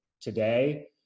today